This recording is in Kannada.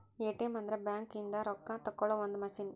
ಎ.ಟಿ.ಎಮ್ ಅಂದ್ರ ಬ್ಯಾಂಕ್ ಇಂದ ರೊಕ್ಕ ತೆಕ್ಕೊಳೊ ಒಂದ್ ಮಸಿನ್